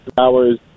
hours